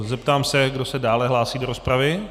Zeptám se, kdo se dále hlásí do rozpravy.